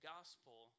gospel